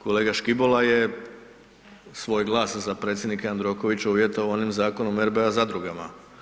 Kolega Škibola je svoj glas za predsjednika Jandrokovića uvjetovao onim Zakonom o RBA zadrugama.